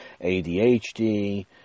ADHD